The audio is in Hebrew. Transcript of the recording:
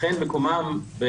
אכן מקומם,